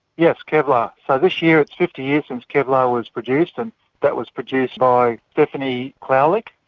yes, kevlar. so this year it's fifty years since kevlar was produced, and that was produced by stephanie kwolek.